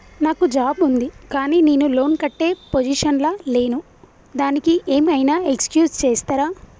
నాకు జాబ్ ఉంది కానీ నేను లోన్ కట్టే పొజిషన్ లా లేను దానికి ఏం ఐనా ఎక్స్క్యూజ్ చేస్తరా?